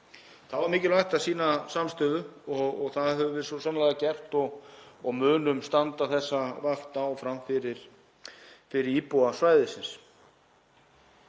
Þá er mikilvægt að sýna samstöðu. Það höfum við svo sannarlega gert og munum standa þessa vakt áfram fyrir íbúa svæðisins.